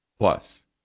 Plus